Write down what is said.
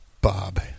Bob